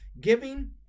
giving